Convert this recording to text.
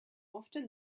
often